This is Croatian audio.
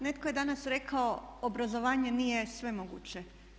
Netko je danas rekao obrazovanje nije svemoguće.